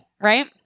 right